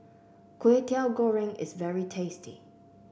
Kway Teow Goreng is very tasty